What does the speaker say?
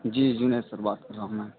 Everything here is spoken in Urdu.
جی جنید سر بات کر رہا ہوں میں